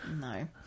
No